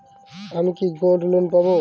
আমি কি gold loan পাবো?